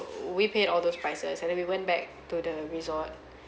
we paid all those prices and then we went back to the resort